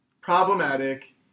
problematic